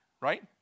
right